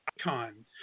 icon